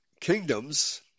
kingdoms